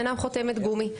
אינם חותמת גומי.